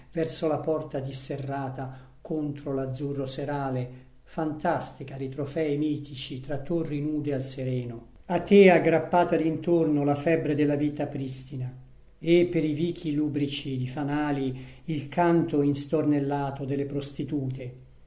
verso la porta disserrata contro l'azzurro serale fantastica di trofei mitici tra torri nude al sereno a te aggrappata d'intorno la febbre de la vita pristina e per i vichi lubrici di fanali il canto instornellato de le prostitute